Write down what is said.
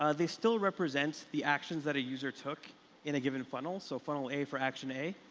ah they still represent the actions that a user took in a given funnel. so funnel a for action a.